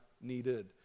needed